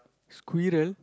squirrel